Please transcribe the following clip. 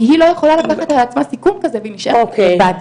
כי היא לא יכולה לקחת על עצמה סיכון כזה והיא נשארת לבד.